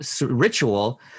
ritual